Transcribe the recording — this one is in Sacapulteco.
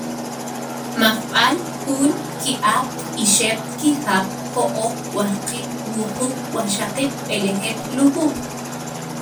Majb'al, juun, ki'ab', ixeb', kijab', jo'oob', wajqiib', wuquub', wajxaqiib', b'elejeeb' lujuuj